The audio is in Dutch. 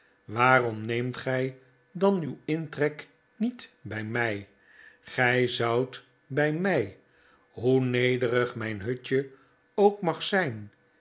waarom neemt gij dan uw intrek niet bij mij gij zoudt bij mij hoe nederig mijn hutje ook mag zijn